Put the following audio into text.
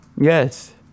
yes